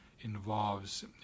involves